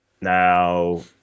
Now